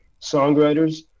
songwriters